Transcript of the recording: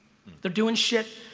there doing shit.